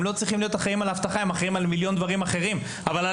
הם אחראים על מיליון דברים אחרים אבל על